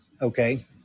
okay